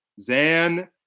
Zan